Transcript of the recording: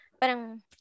parang